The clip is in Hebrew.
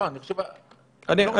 אני לא רוצה להרחיב.